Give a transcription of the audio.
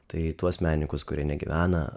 tai tuos menininkus kurie negyvena